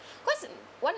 cause one